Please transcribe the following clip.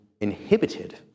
inhibited